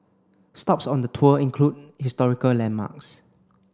stops on the tour include historical landmarks